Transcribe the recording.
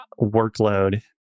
workload